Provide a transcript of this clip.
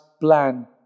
plan